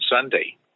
Sunday